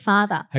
Father